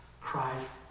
Christ